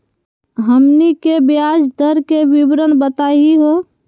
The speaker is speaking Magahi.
हमनी के ब्याज दर के विवरण बताही हो?